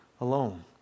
alone